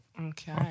Okay